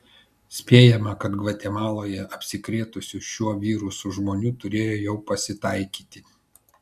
spėjama kad gvatemaloje apsikrėtusių šiuo virusu žmonių turėjo jau pasitaikyti